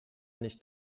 nicht